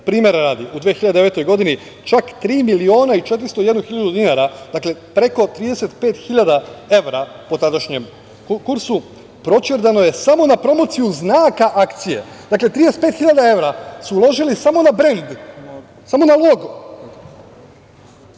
primera radi, u 2009. godini čak 3.401.000 dinara.“ Dakle, preko 35.000 evra po tadašnjem kursu, proćerdano je samo na promociju znaka akcije. Dakle, 35.000 evra su uložili samo na brend, samo na logo. Iz